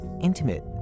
intimate